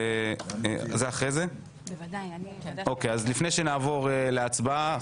לפני שנעבור להצבעה,